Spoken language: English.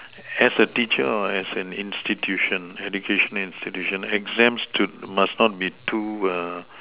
as a teacher or as an institution education institution exams should must not be too err